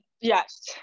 Yes